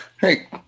Hey